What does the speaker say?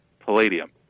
palladium